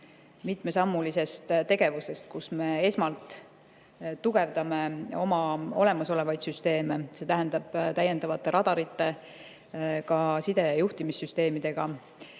mitmesammulisest tegevusest, kus me esmalt tugevdame oma olemasolevaid süsteeme, see tähendab täiendavate radarite ning side- ja juhtimissüsteemidega.